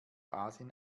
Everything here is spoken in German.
asien